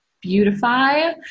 beautify